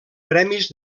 premis